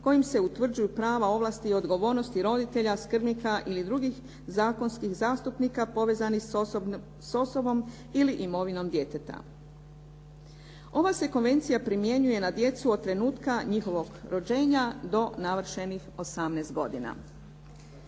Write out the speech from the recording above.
kojim se utvrđuju prava, ovlasti i odgovornosti roditelja skrbnika ili drugih zakonskih zastupnika povezanih s osobom ili imovinom djeteta. Ova se konvencija primjenjuje na djecu od trenutka njihovog rođenja do navršenih 18 godina.